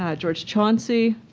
ah george chauncey,